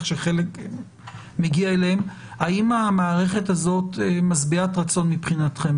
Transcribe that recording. שחלק מגיע אליהם האם המערכת הזאת משביעת רצון מבחינתכם?